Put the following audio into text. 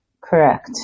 Correct